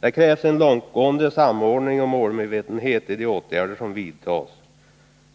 Det krävs en långtgående samordning och målmedvetenhet i de åtgärder som vidtas.